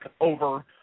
over